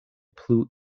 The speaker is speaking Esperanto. plu